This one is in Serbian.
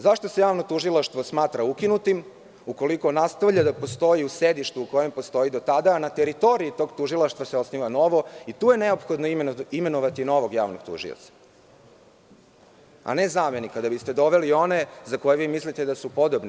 Zašto se javno tužilaštvo smatra ukinutim, ukoliko nastavlja da postoji u sedištu u kojem postoji do tada, na teritoriji tog tužilaštva se osniva novo i tu je neophodno imenovati novog javnog tužioca, a ne zamenika, da biste doveli one, za koje vi mislite da su podobni.